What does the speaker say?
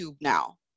now